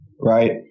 right